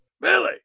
Billy